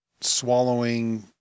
swallowing